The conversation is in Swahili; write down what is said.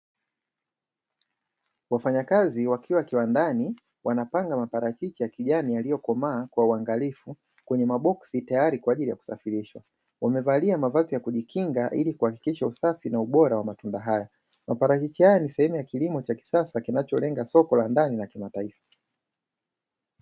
Wafanyakazi wakiwa kiwandani wanapanga maparachichi ya kijani yaliyokomaa kwa uangalifu kwenye maboksi tayari kwajili ya kusafirishwa, wamevalia mavazi ya kujikinga ili kuhakikisha usafi na ubora wa matunda hayo, maparachichi haya ni sehemu ya kilimo cha kisasa kinacholenga soko la ndani na la kimataifa.